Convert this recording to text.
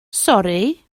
sori